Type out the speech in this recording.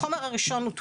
החומר הראשון הוא טולואן.